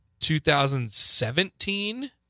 2017